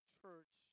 church